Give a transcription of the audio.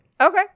Okay